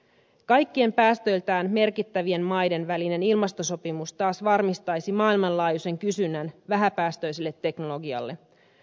kaikkien päästöiltään merkittävien maiden välinen ilmastosopimus taas varmistaisi maailmanlaajuisen kysynnän vähäpäästöiselle teknologialle